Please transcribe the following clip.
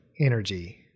energy